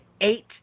eight